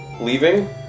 leaving